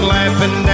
Laughing